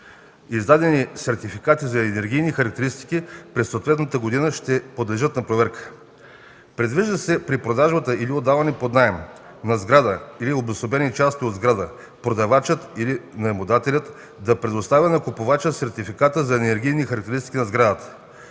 издадени сертификати за енергийни характеристики през съответната година ще се подлагат на проверка. Предвижда се при продажба или при отдаване под наем на сграда или на обособени части от сграда продавачът/наемодателят да предоставя на купувача сертификата за енергийни характеристики на сградата.